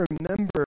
remember